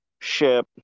ship